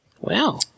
Wow